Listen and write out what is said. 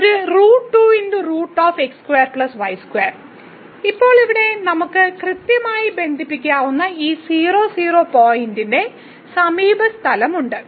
ഒരു ഇപ്പോൾ ഇവിടെ നമുക്ക് കൃത്യമായി ബന്ധിപ്പിക്കാവുന്ന ഈ 00 പോയിന്റിന്റെ സമീപസ്ഥലം ഉണ്ട്